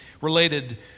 related